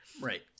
Right